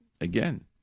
again